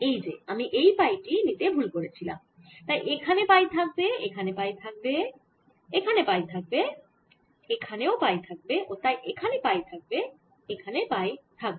এই যে আমি এই পাই টি নিতে ভুল করেছিলাম তাই এখানে পাই থাকবে এখানে পাই থাকবে এখানে পাই থাকবে এখানে পাই থাকবে ও তাই এখানে পাই থাকবে এখানে পাই থাকবে